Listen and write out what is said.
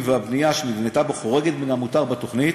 והבנייה שנבנתה בו חורגת מן המותר בתוכנית,